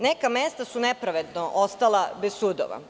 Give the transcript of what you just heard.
Neka mesta su nepravedno ostala bez sudova.